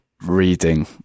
reading